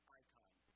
icon